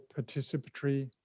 participatory